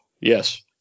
Yes